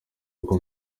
kuko